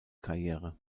karriere